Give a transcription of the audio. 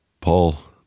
Paul